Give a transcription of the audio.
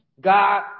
God